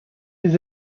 his